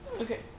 okay